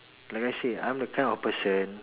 like I said I'm the kind of person